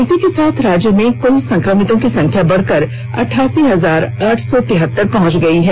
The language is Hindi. इसी के साथ राज्य में कुल संक्रमितों की संख्या बढ़कर अट्ठासी हजार आठ सौ तिहतर पहुंच गई है